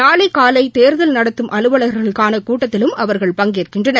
நாளை காலை தேர்தல் நடத்தும் அலுவலர்களுக்கான கூட்டத்திலும் அவர்கள் பங்கேற்கின்றனர்